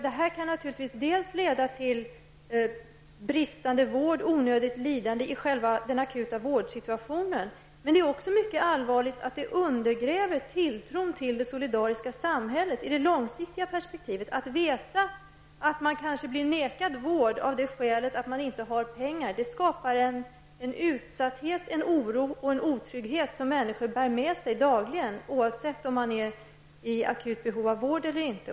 Detta kan naturligtvis leda till bristande vård och onödigt lidande i den akuta vårdsituationen. Men i det långsiktiga perspektivet är det också mycket allvarligt att tilltron till det solidariska samhället undergrävs. Att veta att man kanske blir nekad vård av det skälet att man saknar pengar skapar en utsatthet, en oro och otrygghet som människor dagligen bär med sig, oavsett om de är i akut behov av vård eller inte.